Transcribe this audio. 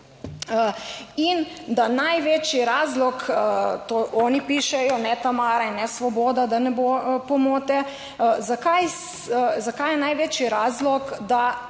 In da največji razlog, to oni pišejo, ne Tamara, ne Svoboda, da ne bo pomote, zakaj je največji razlog, da